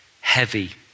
heavy